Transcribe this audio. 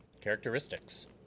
Characteristics